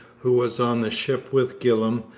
who was on the ship with gillam,